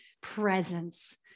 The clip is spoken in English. presence